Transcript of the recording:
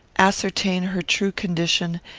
ascertain her true condition,